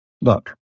Look